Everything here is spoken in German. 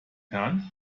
herren